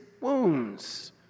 wounds